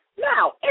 Now